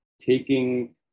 taking